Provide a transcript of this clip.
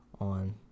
On